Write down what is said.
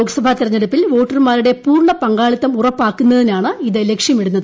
ലോക്സഭാ തിരഞ്ഞെടുപ്പിൽ വോട്ടർമാരുടെ പൂർണ പങ്കാളിത്തം ഉറപ്പാക്കുന്നതിനാണ് ഇത് ലക്ഷ്യമിടുന്നത്